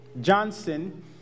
Johnson